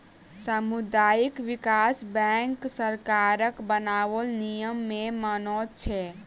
सामुदायिक विकास बैंक सरकारक बनाओल नियम के मानैत छै